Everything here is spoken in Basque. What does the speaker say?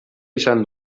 izan